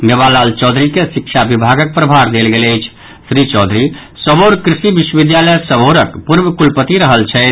मेवालाल चौधरी के शिक्षा विभागक प्रभार देल गेल अछि श्री चौधरी सबौर कृषि विश्वविद्यालय सबौरक पूर्व कुलपति रहल छथि